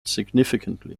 significantly